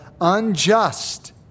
unjust